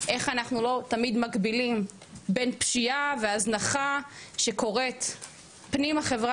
איך אנחנו לא תמיד מקבילים בין פשיעה והזנחה שקורית פנים החברה